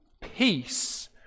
peace